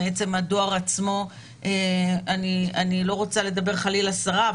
אני לא רוצה לדבר חלילה סרה,